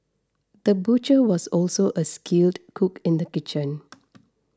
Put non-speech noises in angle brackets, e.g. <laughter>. the butcher was also a skilled cook in the kitchen <noise>